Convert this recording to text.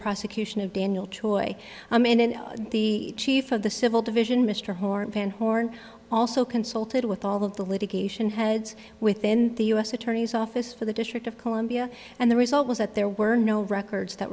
prosecution of daniel choi and in the chief of the civil division mr horn pan horn also consulted with all of the litigation heads within the u s attorney's office for the district of columbia and the result was that there were no records that